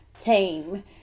team